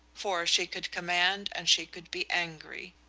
for she could command and she could be angry.